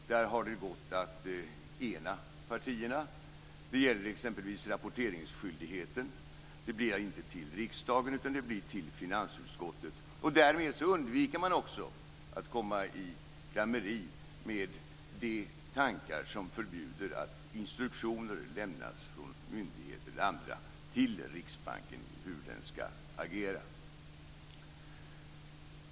Där har det gått att ena partierna. Det gäller exempelvis rapporteringsskyldigheten. Det blir inte till riksdagen utan till finansutskottet. Därmed undviker man också att komma i klammeri med de tankar som förbjuder att instruktioner lämnas från myndigheter eller andra till Riksbanken om hur den skall agera.